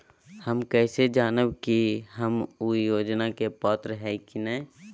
हम कैसे जानब की हम ऊ योजना के पात्र हई की न?